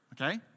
okay